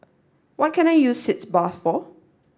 what can I use Sitz Bath for